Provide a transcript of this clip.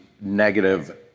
negative